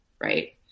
Right